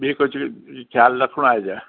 ॿियो कुझु ख़्याल रखिणो आहे छा